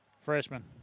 freshman